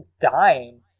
dying